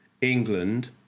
England